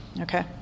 Okay